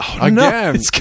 Again